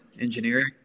engineering